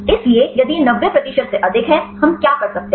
इसलिए यदि यह 90 प्रतिशत से अधिक है हम क्या कर सकते है